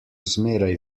zmeraj